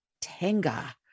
tanga